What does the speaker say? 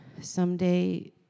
someday